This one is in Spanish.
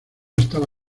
estaba